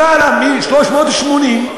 למעלה מ-380,